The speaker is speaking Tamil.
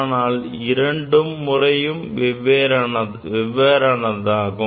ஆனால் இரண்டு முறையும் வெவ்வேறானதாகும்